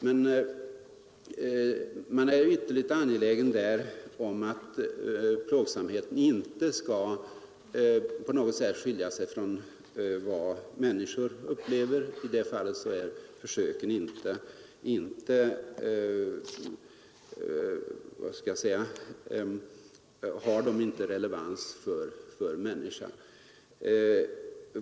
Man är emellertid ytterligt angelägen om att plågorna inte på något sätt skall skilja sig från dem som människor upplever. I dessa fall har försöken inte relevans för människan.